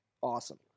awesome